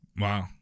Wow